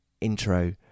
intro